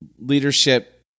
leadership